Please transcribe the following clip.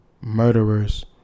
murderers